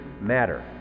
matter